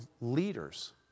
leaders